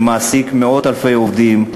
שמעסיקים מאות אלפי עובדים,